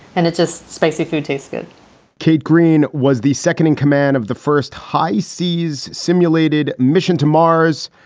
and it's just spicy food tastes good keith green was the second in command of the first high seas simulated mission to mars.